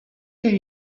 ten